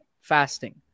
fasting